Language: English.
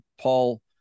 Paul